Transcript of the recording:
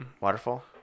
waterfall